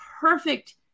perfect